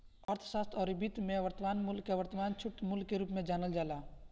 अर्थशास्त्र अउरी वित्त में वर्तमान मूल्य के वर्तमान छूट मूल्य के रूप में जानल जाला